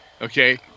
okay